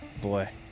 boy